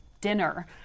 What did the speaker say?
dinner